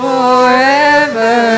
Forever